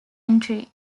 entry